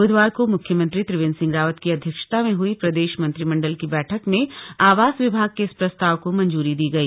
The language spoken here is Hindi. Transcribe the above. ब्धवार को मुख्यमंत्री त्रिवेंद्र सिंह रावत की अध्यक्षता में हई प्रदेश मंत्रिमंडल की बैठक में आवास विभाग के इस प्रस्ताव को मंजूरी दी गई